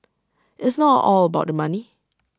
IT is not all about the money